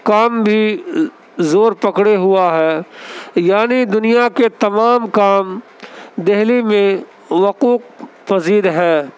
کام بھی زور پکڑے ہوا ہے یعنی دنیا کے تمام کام دہلی میں وقوع پذیر ہیں